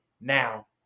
Now